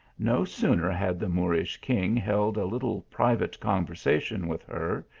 no sooner had the moorish king held a little private conversation with her,